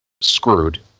screwed